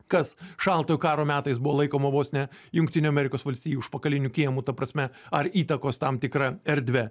kas šaltojo karo metais buvo laikoma vos ne jungtinių amerikos valstijų užpakaliniu kiemu ta prasme ar įtakos tam tikra erdve